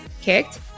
kicked